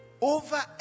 over